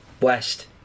West